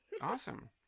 Awesome